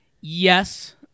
Yes